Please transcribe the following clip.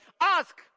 Ask